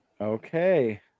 Okay